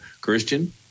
Christian